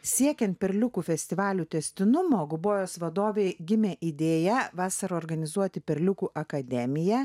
siekiant perliukų festivalių tęstinumo gubojos vadovei gimė idėja vasarą organizuoti perliukų akademiją